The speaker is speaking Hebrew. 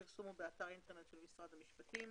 הפרסום הוא באתר האינטרנט של משרד המשפטים.